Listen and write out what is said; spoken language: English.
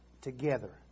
together